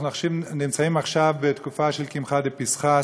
אנחנו נמצאים עכשיו בתקופה של קמחא דפסחא,